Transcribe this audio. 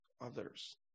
others